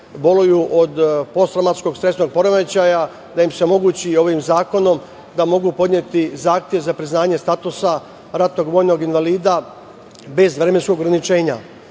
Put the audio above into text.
boluju od posttraumatskog stresnog poremećaja, da im se omogući ovim zakonom da mogu podneti zahtev za priznavanje statusa ratnog vojnog invalida bez vremenskog ograničenja.